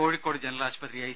Kozhikode general ആശുപത്രി I